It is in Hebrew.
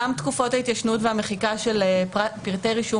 גם תקופות ההתיישנות והמחיקה של פרטי רישום